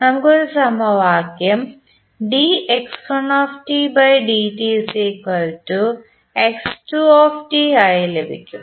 നമുക്ക് ഒരു സമവാക്യം ആയി ലഭിക്കും